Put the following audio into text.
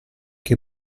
che